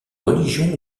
religion